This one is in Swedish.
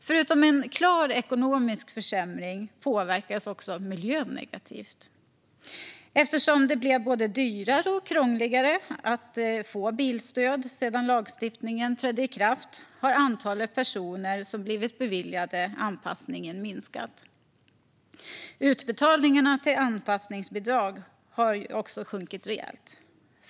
Förutom en klar ekonomisk försämring påverkas miljön negativt. Eftersom det blev både dyrare och krångligare att få bilstöd sedan lagstiftningen trädde i kraft har antalet personer som blivit beviljade anpassningen minskat. Utbetalningarna till anpassningsbidrag har också sjunkit rejält.